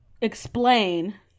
explain